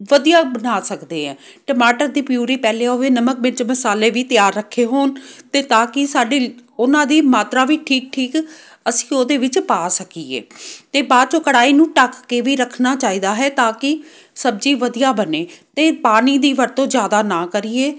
ਵਧੀਆ ਬਣਾ ਸਕਦੇ ਹਾਂ ਟਮਾਟਰ ਦੀ ਪਿਊਰੀ ਪਹਿਲੇ ਉਹ ਵੀ ਨਮਕ ਵਿੱਚ ਮਸਾਲੇ ਵੀ ਤਿਆਰ ਰੱਖੇ ਹੋਣ ਅਤੇ ਤਾਂ ਕਿ ਸਾਡੀ ਉਹਨਾਂ ਦੀ ਮਾਤਰਾ ਵੀ ਠੀਕ ਠੀਕ ਅਸੀਂ ਉਹਦੇ ਵਿੱਚ ਪਾ ਸਕੀਏ ਅਤੇ ਬਾਅਦ ਚੋਂ ਕੜਾਹੀ ਨੂੰ ਢੱਕ ਕੇ ਵੀ ਰੱਖਣਾ ਚਾਹੀਦਾ ਹੈ ਤਾਂ ਕਿ ਸਬਜ਼ੀ ਵਧੀਆ ਬਣੇ ਅਤੇ ਪਾਣੀ ਦੀ ਵਰਤੋਂ ਜ਼ਿਆਦਾ ਨਾ ਕਰੀਏ